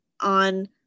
on